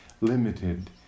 limited